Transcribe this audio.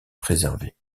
préservée